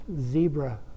Zebra